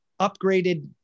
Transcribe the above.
Upgraded